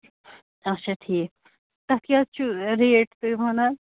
آچھا ٹھیٖک تَتھ کیٛاہ حظ چھو ریٹ تُہۍ وَنان